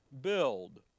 build